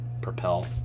propel